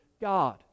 God